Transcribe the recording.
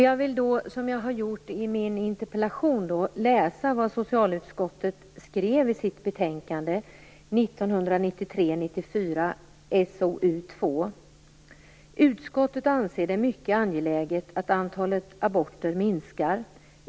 Jag vill, som jag har gjort i min interpellation, läsa vad socialutskottet skrev i sitt betänkande 1993/94:SoU2: Utskottet anser det mycket angeläget att antalet aborter minskar.